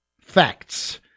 facts